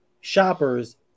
shoppers